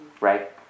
Right